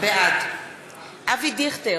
בעד אבי דיכטר,